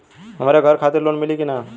हमरे घर खातिर लोन मिली की ना?